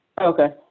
Okay